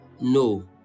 No